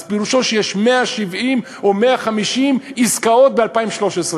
אז פירושו שיש 170 או 150 עסקאות ב-2013.